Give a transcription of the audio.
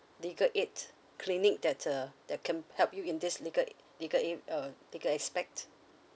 legal aid clinic that uh that can help you in this legal legal a~ uh legal aspect